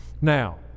now